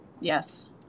Yes